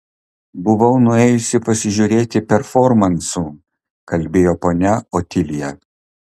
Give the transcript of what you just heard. buvau nuėjusi pasižiūrėti performansų kalbėjo ponia otilija